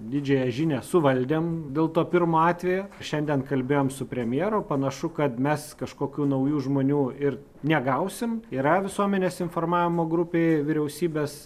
didžiąją žinią suvaldėm dėl to pirmo atvejo šiandien kalbėjom su premjeru panašu kad mes kažkokių naujų žmonių ir negausim yra visuomenės informavimo grupėj vyriausybės